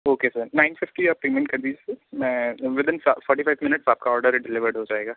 okay sir nine fifty आप payment कर दीजिए सर मैं विथइन फौर्टी फाइव मिनट्स आपका ऑडर डिलेवर हो जाएगा